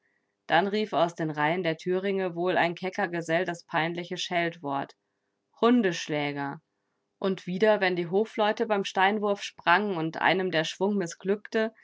dann rief aus den reihen der thüringe wohl ein kecker gesell das peinliche scheltwort hundeschläger und wieder wenn die hofleute beim steinwurf sprangen und einem der schwung mißglückte